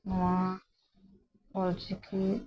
ᱱᱚᱣᱟ ᱚᱞ ᱪᱤᱠᱤ